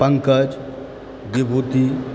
Pankaj Vibhuti